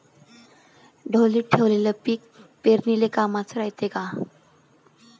ढोलीत ठेवलेलं पीक पेरनीले कामाचं रायते का?